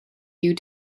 you